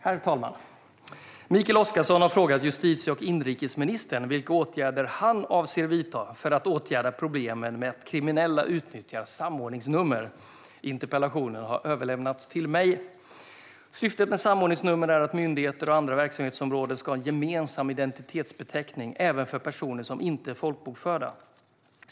Herr talman! Mikael Oscarsson har frågat justitie och inrikesministern vilka åtgärder han avser att vidta för att åtgärda problemen med att kriminella utnyttjar samordningsnummer. Interpellationen har överlämnats till mig. Syftet med samordningsnummer är att myndigheter och andra verksamhetsområden ska ha en gemensam identitetsbeteckning även för personer som inte är folkbokförda.